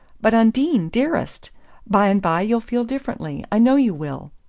but, undine dearest bye and bye you'll feel differently i know you will!